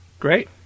Great